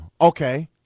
okay